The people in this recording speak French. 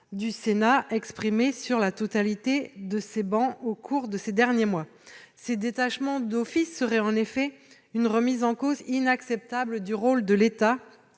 le Sénat, sur l'ensemble de ses travées, au cours de ces derniers mois. Ces détachements d'office constitueraient en effet une remise en cause inacceptable du rôle de l'État